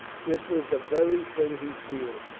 this was the very thing he feared,